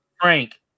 Frank